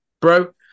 Bro